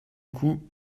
coup